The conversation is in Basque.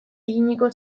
eginiko